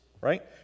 right